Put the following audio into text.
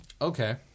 Okay